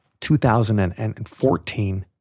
2014